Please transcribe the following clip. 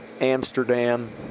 Amsterdam